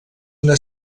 una